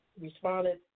responded